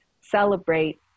celebrate